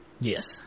Yes